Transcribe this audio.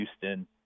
Houston